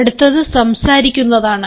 അടുത്തത് സംസാരിക്കുന്നതാണ്